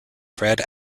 fred